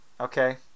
Okay